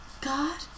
God